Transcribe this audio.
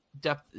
depth